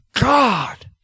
God